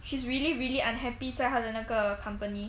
she's really really unhappy 在她的那个 company